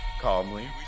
calmly